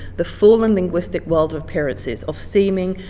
the fallen linguistic world appearances, of seeming,